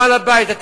הבית אמר לנהג.